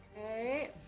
Okay